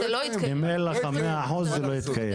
אם אין לך 100 אחוזים, זה לא יתקיים.